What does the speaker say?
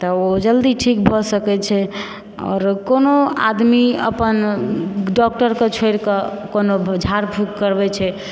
तऽ ओ जल्दी ठीक भऽ सकै छै आओर कोनो आदमी अपन डॉक्टरके छोरि कऽ कोनो झाड़ फूंक करबै छै